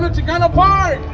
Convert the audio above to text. ah chicano park